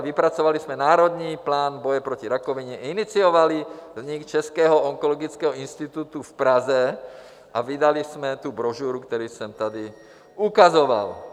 Vypracovali jsme národní plán boje proti rakovině, iniciovali vznik Českého onkologického institutu v Praze a vydali jsme tu brožuru, kterou jsem tady ukazoval.